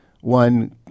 one